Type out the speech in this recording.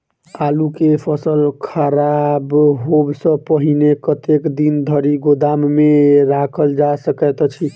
आलु केँ फसल खराब होब सऽ पहिने कतेक दिन धरि गोदाम मे राखल जा सकैत अछि?